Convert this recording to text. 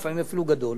או לפעמים אפילו גדול,